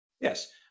Yes